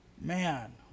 Man